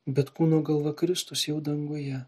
bet kūno galva kristus jau danguje